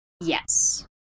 Yes